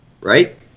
Right